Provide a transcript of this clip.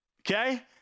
Okay